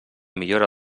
millora